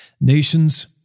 Nations